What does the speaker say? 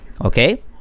okay